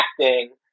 acting